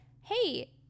Hey